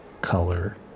color